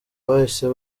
bahise